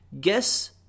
Guess